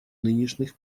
нынешних